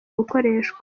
gukoreshwa